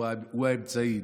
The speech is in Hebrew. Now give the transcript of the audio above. הוא האמצעי,